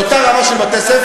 לאותה רמה של בתי-ספר?